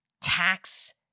tax